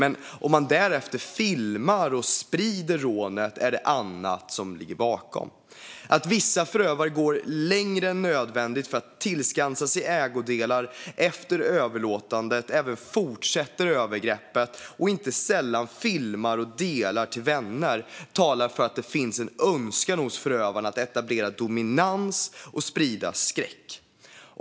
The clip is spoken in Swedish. Men om man därefter filmar och sprider rånet är det annat som ligger bakom. Att vissa förövare går längre än nödvändigt för att tillskansa sig ägodelar efter överlåtandet och även fortsätter övergreppet och inte sällan filmar och delar det till vänner talar för att det finns en önskan hos förövaren att etablera dominans och sprida skräck.